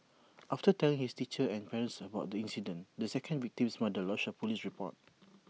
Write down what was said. after telling his teacher and parents about the incident the second victim's mother lodged A Police report